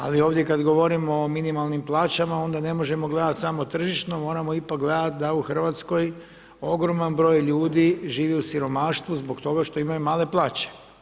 Ali ovdje kada govorimo o minimalnim plaćama onda ne možemo gledati samo tržišno, moramo ipak gledati da u Hrvatskoj ogroman broj ljudi živi u siromaštvu zbog toga što imaju male plaće.